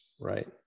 right